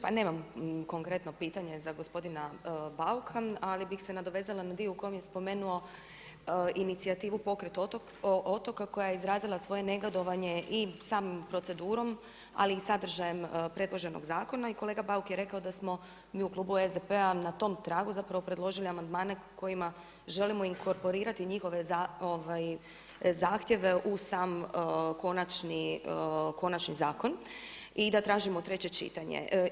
Pa nemam konkretno pitanje za gospodina Bauka, ali bi se nadovezala na dio u kom je spomenuo inicijativu „Pokret otoka“ koja je izrazila svoje negodovanje i samom procedurom, ali i sadržajem predloženog zakona i kolega Bauk je rekao da smo mi u klubu SDP-a na tom tragu predložili amandmane kojima želimo inkorporirati njihove zahtjeva u sam konačni zakon i da tražimo treće čitanje.